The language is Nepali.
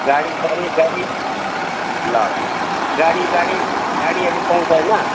गाडी गाडी गाडी ल ल ल गाडी गाडी गाडीहरू पाउँछ होइन